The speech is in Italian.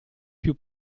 più